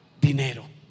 Dinero